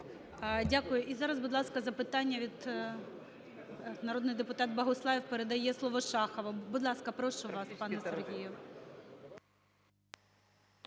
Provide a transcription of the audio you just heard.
Дякую. І зараз, будь ласка, запитання від… Народний депутат Богуслаєв передає слово Шахову. Будь ласка, прошу вас, пане Сергію.